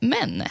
Men